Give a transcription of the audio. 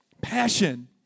Passion